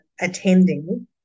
attending